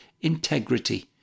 integrity